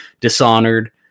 Dishonored